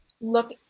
Look